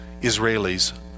Israelis